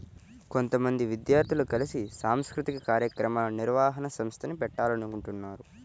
కొంతమంది విద్యార్థులు కలిసి సాంస్కృతిక కార్యక్రమాల నిర్వహణ సంస్థని పెట్టాలనుకుంటన్నారు